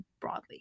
broadly